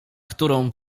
którą